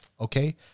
Okay